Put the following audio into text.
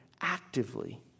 actively